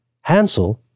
Hansel